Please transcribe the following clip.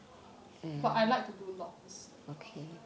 but I like to do locks